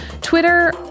twitter